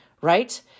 right